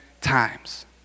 times